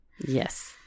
Yes